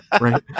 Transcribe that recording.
right